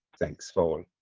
thanks for